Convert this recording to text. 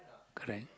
correct